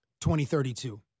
2032